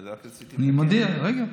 רק רציתי, אני מודיע, רגע.